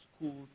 school